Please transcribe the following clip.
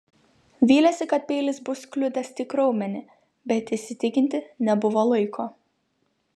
vylėsi kad peilis bus kliudęs tik raumenį bet įsitikinti nebuvo laiko